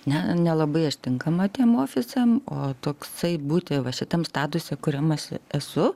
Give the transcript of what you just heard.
ne nelabai aš tinkama tiems ofisam o toksai būti va šitam statuse kuriam aš esu